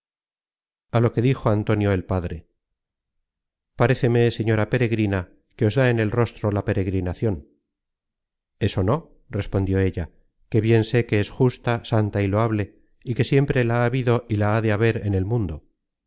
a lo que dijo antonio el padre paréceme señora peregrina que os da en el rostro la peregrinacion eso no respondió ella que bien sé que es justa santa y loable y que siempre la ha habido y la ha de haber en el mundo